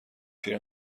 پیر